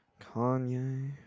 Kanye